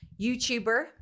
YouTuber